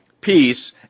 peace